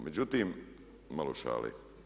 Međutim, malo šale.